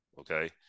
okay